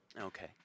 Okay